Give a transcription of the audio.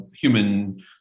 human